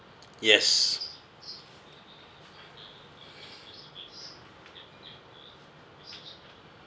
yes